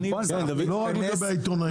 לא רק לגבי העיתונאים,